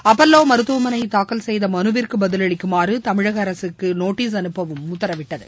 அப்பல்லோமருத்துவமனைதாக்கல் செய்தமனுவிற்குபதிலளிக்குமாறுதமிழகஅரசுக்குநோட்டீஸ் அனுப்பவும் உத்தரவிட்டது